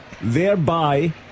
thereby